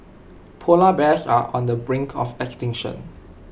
Polar Bears are on the brink of extinction